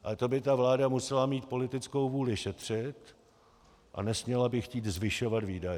Ale to by vláda musela mít politickou vůli šetřit a nesměla by chtít zvyšovat výdaje.